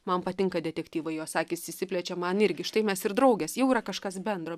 man patinka detektyvai jos akys išsiplečia man irgi štai mes ir draugės jau yra kažkas bendro